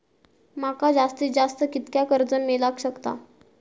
माका जास्तीत जास्त कितक्या कर्ज मेलाक शकता?